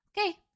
okay